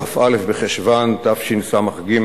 בכ"א בחשוון תשס"ג,